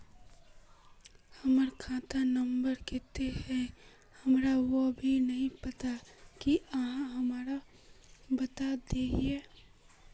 हमर खाता नम्बर केते है हमरा वो भी नहीं पता की आहाँ हमरा बता देतहिन?